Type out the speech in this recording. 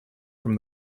from